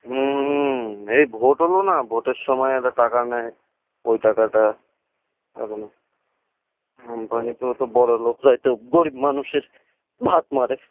হুম এই ভোট হলো না ভোটের সময় এরা টাকা নেয় ওই টাকাটা এখন কোম্পানিতেও তো বড়লোকরাই তো গরীব মানুষের ভাত মারে